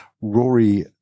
Rory